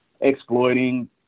exploiting